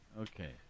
Okay